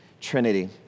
Trinity